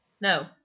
No